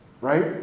right